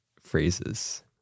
phrases